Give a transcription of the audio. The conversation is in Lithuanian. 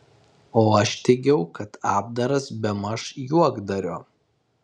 o aš teigiau kad apdaras bemaž juokdario